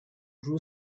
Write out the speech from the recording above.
drew